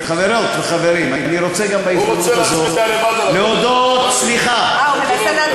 הוא רוצה להצביע לבד על החוק הזה.